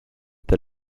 the